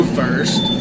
first